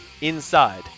inside